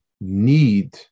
need